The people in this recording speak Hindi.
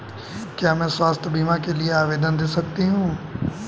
क्या मैं स्वास्थ्य बीमा के लिए आवेदन दे सकती हूँ?